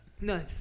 Nice